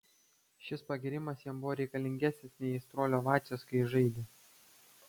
šis pagyrimas jam buvo reikalingesnis nei aistruolių ovacijos kai jis žaidė